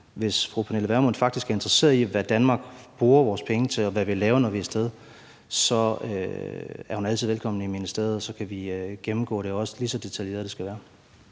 hvis fru Pernille Vermund faktisk er interesseret i, hvad vi i Danmark bruger vores penge til, og hvad vi laver, når vi er af sted, så er hun altid velkommen i ministeriet, og så kan vi gennemgå det, lige så detaljeret det skal være.